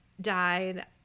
died